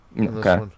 Okay